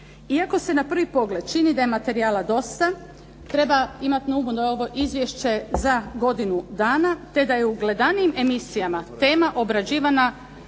Iako se na prvi pogled čini da je materijala dosta treba imati na umu da je ovo izvješće za godinu dana te da je u gledanijim emisijama tema obrađivana